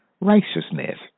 righteousness